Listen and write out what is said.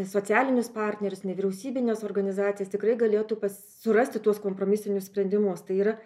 socialinius partnerius nevyriausybines organizacijas tikrai galėtų surasti tuos kompromisinius sprendimus tai yra